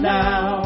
now